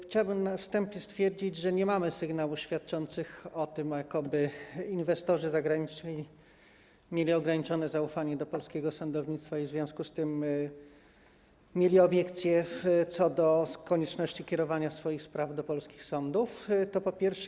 Chciałbym na wstępie stwierdzić, że nie mamy sygnałów świadczących o tym, jakoby inwestorzy zagraniczni mieli ograniczone zaufanie do polskiego sądownictwa i w związku z tym mieli obiekcje co do konieczności kierowania swoich spraw do polskich sądów, to po pierwsze.